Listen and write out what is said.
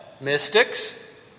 mystics